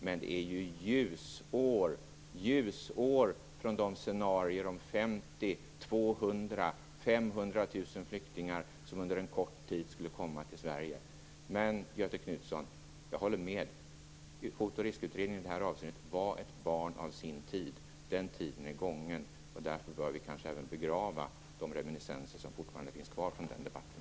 Men det är ljusår från de scenarion om 50 000, 200 000 eller 500 000 flyktingar som under en kort tid skulle komma till Sverige. Jag håller ändå med Göthe Knutson om att Hot och riskutredningen i det här avseendet var ett barn av sin tid. Den tiden är nu gången, och därför bör vi kanske även begrava de reminiscenser som fortfarande finns kvar från den debatten.